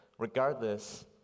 Regardless